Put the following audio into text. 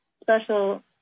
special